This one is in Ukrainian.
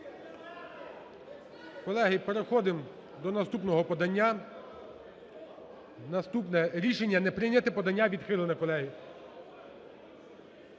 Колеги, переходимо до наступного подання. Наступне. Рішення не прийняте, подання відхилене, колеги.